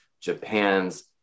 Japan's